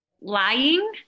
Lying